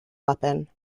weapon